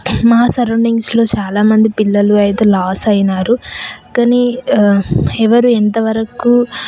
మా సరౌండింగ్స్లో చాలా మంది పిల్లలు ఐతే లాస్ అయినారు కానీ ఎవరు ఎంత వరకు